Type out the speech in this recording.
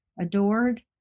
adored